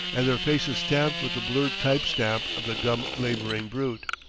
and their faces stamped with the blurred type-stamp of the dumb laboring brute.